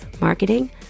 marketing